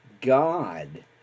God